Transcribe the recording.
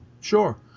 Sure